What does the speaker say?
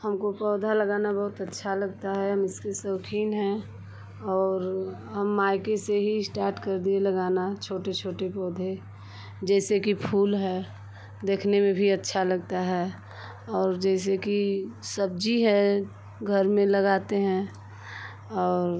हमको पौधा लगाना बहुत अच्छा लगता है हम इसके शौक़ीन हैं और हम मायके से ही स्टार्ट कर दिए लगाना छोटे छोटे पौधे जैसे कि फूल है देखने में भी अच्छा लगता है और जैसे कि सब्ज़ी है घर में लगाते हैं और